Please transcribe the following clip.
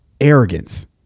arrogance